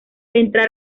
entrar